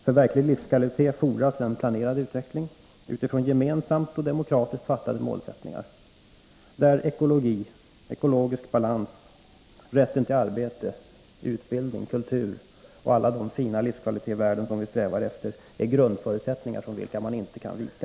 För verklig livskvalitet 9 november 1983 fordras en planerad utveckling utifrån gemensamt och demokratiskt beslutade målsättningar, där ekologisk balans och rätten till arbete, utbildning, Utveckling för livskultur och alla de fina livskvalitetsvärden som vi strävar efter är grundförutkvalitet sättningar, från vilka man inte kan vika.